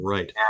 Right